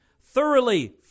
thoroughly